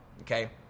okay